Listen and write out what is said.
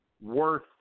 worth